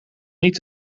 niet